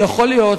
יכול להיות,